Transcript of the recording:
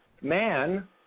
man